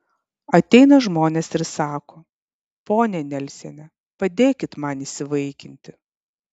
ateina žmonės ir sako ponia nelsiene padėkit man įsivaikinti